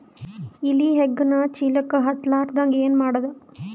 ಇಲಿ ಹೆಗ್ಗಣ ಚೀಲಕ್ಕ ಹತ್ತ ಲಾರದಂಗ ಏನ ಮಾಡದ?